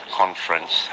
conference